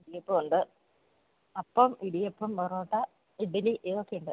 ഇടിയപ്പമുണ്ട് അപ്പം ഇടിയപ്പം പൊറോട്ട ഇഡ്ഡലി ഇതൊക്കെയുണ്ട്